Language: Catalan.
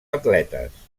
atletes